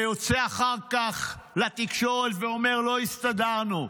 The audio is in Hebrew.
ויוצא אחר כך לתקשורת ואומר: לא הסתדרנו.